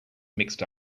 mixed